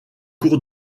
cours